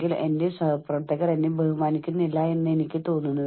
അതിനാൽ നിങ്ങൾക്കറിയാമോ ഇവയെല്ലാം മാനസിക ക്ഷേമമായി കണക്കാക്കുന്നു